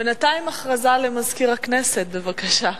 בינתיים הכרזה למזכיר הכנסת, בבקשה.